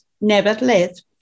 Nevertheless